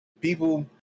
people